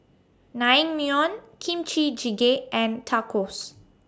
Naengmyeon Kimchi Jjigae and Tacos